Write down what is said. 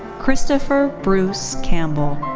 christopher bruce campbell.